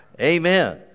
Amen